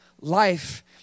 life